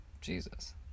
Jesus